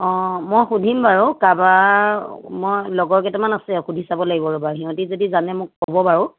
অঁ মই শুধিম বাৰু কাৰোবাৰ মই লগৰ কেইটামান আছে শুধি চাব লাগিব ৰ'বা সিহঁতি যদি জানে মোক ক'ব বাৰু